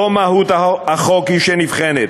לא מהות החוק היא שנבחנת,